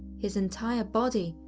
his entire body,